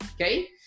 Okay